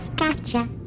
gotcha.